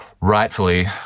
Rightfully